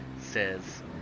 says